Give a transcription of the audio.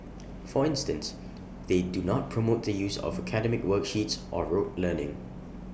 for instance they do not promote the use of academic worksheets or rote learning